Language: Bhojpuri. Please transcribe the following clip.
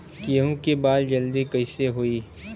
गेहूँ के बाल जल्दी कईसे होई?